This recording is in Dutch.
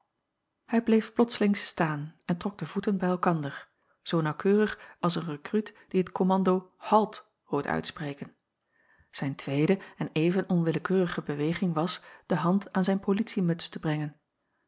hij bleef plotslings staan en trok de voeten bij elkander zoo naauwkeurig als een rekruut die t kommando halt hoort uitspreken zijn tweede en even onwillekeurige beweging was de hand aan zijn politiemuts te brengen